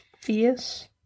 Fierce